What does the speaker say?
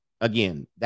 Again